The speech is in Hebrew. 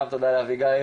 גם תודה לאביגיל,